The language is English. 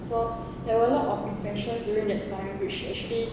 so there were a lot of inventions during that time which actually